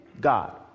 God